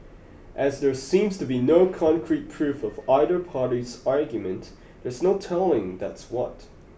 as there seems to be no concrete proof of either party's argument there's no telling that's what